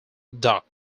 duck